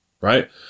right